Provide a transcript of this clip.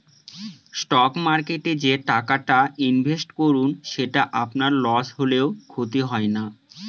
stock মার্কেটে যে টাকাটা ইনভেস্ট করুন সেটা আপনার লস হলেও ক্ষতি হয় না